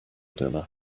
dinner